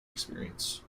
experience